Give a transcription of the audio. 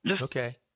Okay